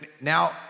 now